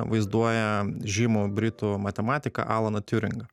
vaizduoja žymų britų matematiką alaną tiuringą